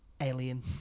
Alien